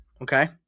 Okay